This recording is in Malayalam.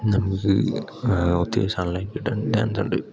നമുക്ക് ഒത്തിരി സൺ ലൈറ്റ് കിട്ടാൻ ചാൻസുണ്ട്